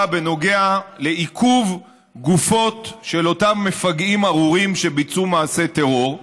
בנוגע לעיכוב גופות של אותם מפגעים ארורים שביצעו מעשי טרור,